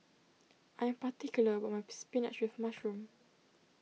I am particular about my Spinach with Mushroom